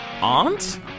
aunt